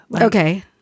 okay